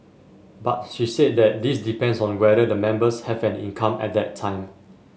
but she said that this depends on whether the members have an income at that time